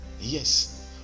Yes